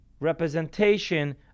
Representation